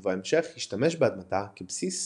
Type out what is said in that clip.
ובהמשך השתמש באדמתה כבסיס